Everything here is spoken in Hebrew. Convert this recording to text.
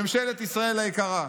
ממשלת ישראל היקרה.